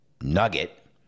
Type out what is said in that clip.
nugget